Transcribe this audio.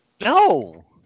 No